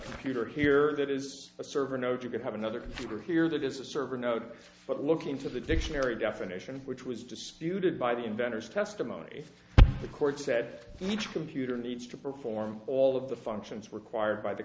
peter here that is a server node you could have another computer here that is a server node but looking to the dictionary definition which was disputed by the inventors testimony if the court said each computer needs to perform all of the functions required by the